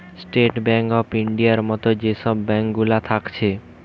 state bank of ইন্ডিয়ার মত যে সব ব্যাঙ্ক গুলা থাকছে